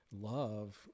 love